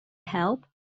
help